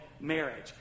marriage